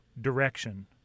direction